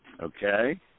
Okay